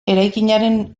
eraikinaren